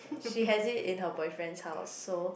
she has it in her boyfriend's house so